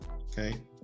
okay